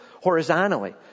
Horizontally